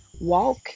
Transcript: Walk